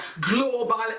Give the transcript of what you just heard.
Global